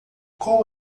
qual